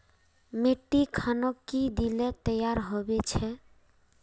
मिट्टी खानोक की दिले तैयार होबे छै?